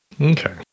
Okay